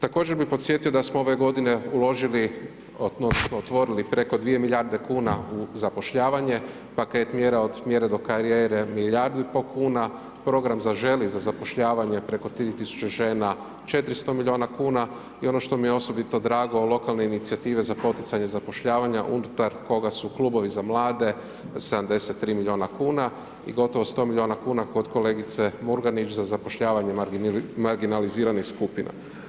Također bi podsjetio da smo ove godine uložili odnosno otvorili preko 2 milijarde kuna u zapošljavanje, paket mjera Od mjere do karijere milijardu i pol kuna, program Zaželi za zapošljavanje preko 3 000 žena, 400 milijuna kuna i ono što mi je osobito drago od lokalne inicijative za poticanje zapošljavanja unutar koga su klubovi za mlade 73 milijuna kuna i gotovo 100 milijuna kod kolegice Murganić za zapošljavanje marginaliziranih skupina.